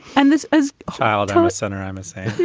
and this is child ah center, i must say